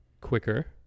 quicker